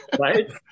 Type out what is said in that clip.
Right